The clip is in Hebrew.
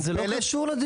אבל זה לא קשור לדיון.